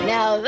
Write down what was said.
Now